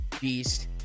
beast